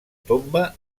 tomba